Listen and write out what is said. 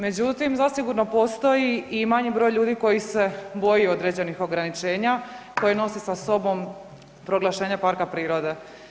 Međutim, zasigurno postoji i manji broj ljudi koji se boji određenih ograničenja koje nose sa sobom proglašenje parka prirode.